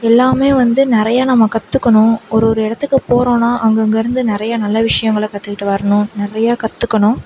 எல்லாமே வந்து நிறையா நம்ம கற்றுக்கணும் ஒருவொரு இடத்துக்கு போகிறோனா அங்கே அங்கிருந்து நிறைய நல்ல விஷயங்கள கற்றுக்குட்டு வரணும் நிறைய கற்றுக்கணும்